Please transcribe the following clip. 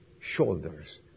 shoulders